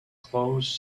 close